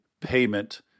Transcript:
payment